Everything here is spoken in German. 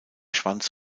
schwanz